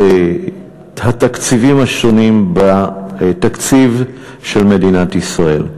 התקציבים השונים בתקציב של מדינת ישראל.